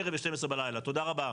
תודה רבה.